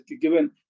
given